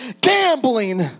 gambling